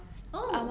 oh